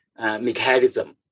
mechanism